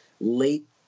late